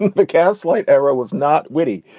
the castlight era was not witty.